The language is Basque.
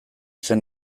zen